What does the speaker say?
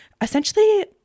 Essentially